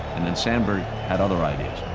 and then sandberg had other ideas.